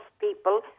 people